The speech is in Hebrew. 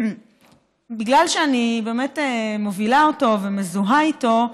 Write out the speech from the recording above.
בגלל שאני באמת מובילה אותו ומזוהה איתו,